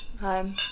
Hi